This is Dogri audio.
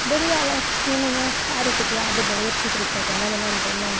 बड़े ज़्यादा अच्छे न इ'यां हर इक ध्यार ते बड़े अच्छे तरीके कन्नै मनांदे गै मनांदे